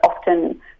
often